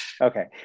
Okay